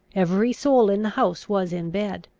every soul in the house was in bed.